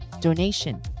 donation